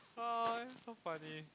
ah so funny